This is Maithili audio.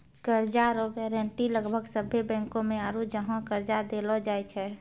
कर्जा रो गारंटी लगभग सभ्भे बैंको मे आरू जहाँ कर्जा देलो जाय छै